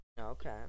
okay